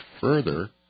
further